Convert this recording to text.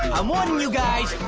i'm warning you guys,